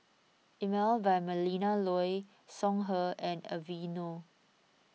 Emel by Melinda Looi Songhe and Aveeno